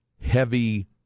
heavy